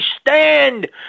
stand